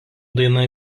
daina